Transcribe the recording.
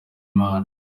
imana